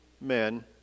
men